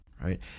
right